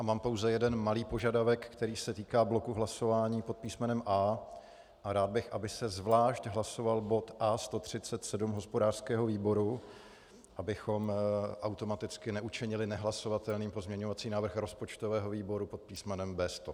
Mám pouze jeden malý požadavek, který se týká bloku hlasování pod písmenem A. Rád bych, aby se zvlášť hlasoval bod A137 hospodářského výboru, abychom automaticky neučinili nehlasovatelným pozměňovací návrh rozpočtového výboru pod písmenem B100.